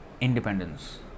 independence